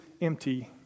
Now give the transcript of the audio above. empty